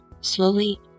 Slowly